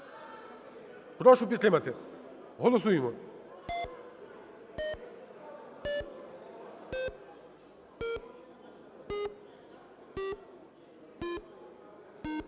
Прошу підтримати. Голосуємо.